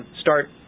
start